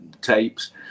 tapes